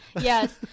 yes